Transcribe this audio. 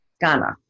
Ghana